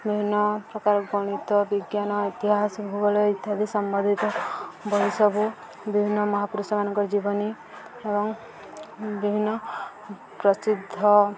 ବିଭିନ୍ନ ପ୍ରକାର ଗଣିତ ବିଜ୍ଞାନ ଇତିହାସ ଭୂଗୋଳ ଇତ୍ୟାଦି ସମ୍ବନ୍ଧିତ ବହି ସବୁ ବିଭିନ୍ନ ମହାପୁରୁଷମାନାନଙ୍କର ଜୀବନୀ ଏବଂ ବିଭିନ୍ନ ପ୍ରସିଦ୍ଧ